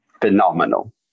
phenomenal